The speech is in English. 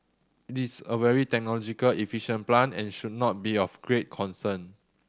it's a very technological efficient plant and should not be of great concern